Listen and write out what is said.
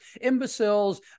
imbeciles